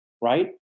right